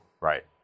Right